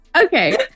Okay